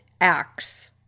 acts